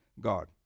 God